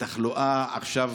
והתחלואה עכשיו